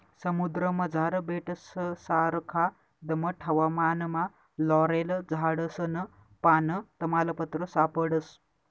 समुद्रमझार बेटससारखा दमट हवामानमा लॉरेल झाडसनं पान, तमालपत्र सापडस